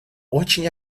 очень